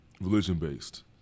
religion-based